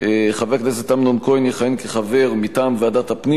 יכהן חבר הכנסת אמנון כהן כחבר מטעם ועדת הפנים